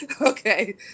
Okay